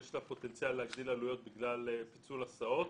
יש לה פוטנציאל להגדיל עלויות בגלל פיצול הסעות.